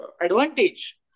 advantage